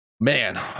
Man